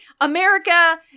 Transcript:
America